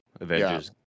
avengers